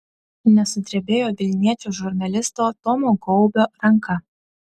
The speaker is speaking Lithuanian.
nesudrebėjo vilniečio žurnalisto tomo gaubio ranka